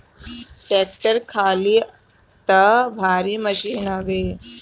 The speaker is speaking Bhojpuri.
टेक्टर टाली तअ भारी मशीन हवे